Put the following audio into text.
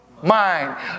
Mind